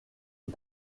qui